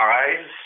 eyes